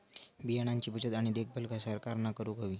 बियाणांची बचत आणि देखभाल सरकारना करूक हवी